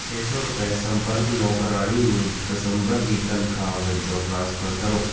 ਛੇ ਸੌ ਰੁਪਏ ਸੰਪਰਕ ਨੌਕਰਾਣੀ ਨੂੰ ਦਸੰਬਰ ਦੀ ਤਨਖਾਹ ਵਜੋਂ ਟ੍ਰਾਂਸਫਰ ਕਰੋ